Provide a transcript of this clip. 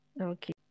Okay